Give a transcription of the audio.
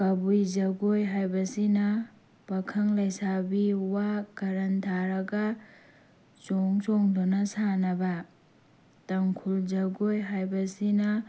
ꯀꯕꯨꯏ ꯖꯒꯣꯏ ꯍꯥꯏꯕꯁꯤꯅ ꯄꯥꯈꯪ ꯂꯩꯁꯥꯕꯤ ꯋꯥ ꯀꯥꯔꯟ ꯇꯥꯔꯒ ꯆꯣꯡ ꯆꯣꯡꯗꯨꯅ ꯁꯥꯟꯅꯕ ꯇꯥꯡꯈꯨꯜ ꯖꯒꯣꯏ ꯍꯥꯏꯕꯁꯤꯅ